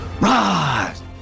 rise